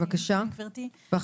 בבקשה.